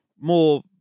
more